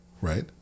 right